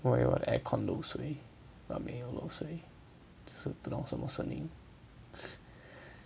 !wah! 我的 air-con 漏水 !wah! 没有漏水不懂什么声音